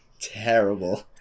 terrible